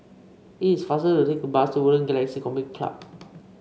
it is faster to take bus to Woodlands Galaxy Community Club